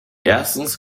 erstens